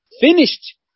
finished